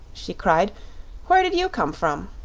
she cried where did you come from?